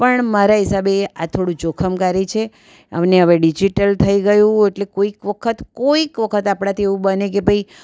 પણ મારા હિસાબે આ થોડું જોખમકારી છે અને હવે ડિજિટલ થઈ ગયું એટલે કોઈક વખત કોઈક વખત આપણાથી એવું બને કે ભાઈ